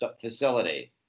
facility